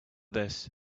this